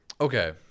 okay